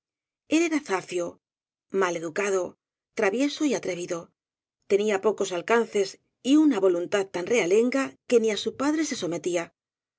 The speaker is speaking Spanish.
mal educado travieso y atrevido tenía pocos alcances y una voluntad tan realenga que ni á su padre se sometía